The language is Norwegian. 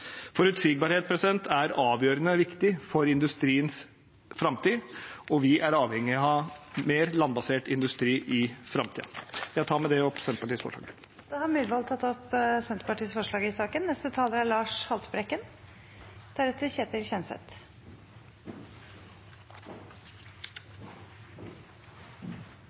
er avgjørende viktig for industriens framtid, og vi er avhengig av mer landbasert industri i framtiden. Jeg tar med dette opp forslagene fra Senterpartiet og Sosialistisk Venstreparti. Representanten Ole André Myhrvold har tatt opp